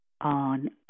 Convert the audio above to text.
on